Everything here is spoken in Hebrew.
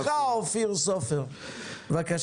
עכשיו תורך, אופיר, בבקשה.